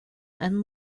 and